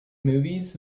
movies